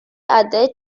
other